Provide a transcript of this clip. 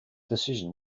decision